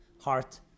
heart